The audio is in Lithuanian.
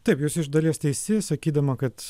taip jūs iš dalies teisi sakydama kad